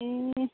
ए